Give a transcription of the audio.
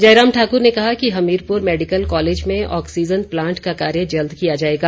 जयराम ठाकुर ने कहा कि हमीरपुर मैडिकल कॉलेज में ऑक्सीजन प्लांट का कार्य जल्द किया जाएगा